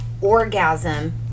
orgasm